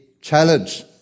challenge